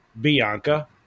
Bianca